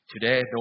Today